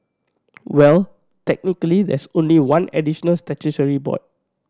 well technically there is only one additional statutory board